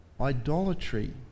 idolatry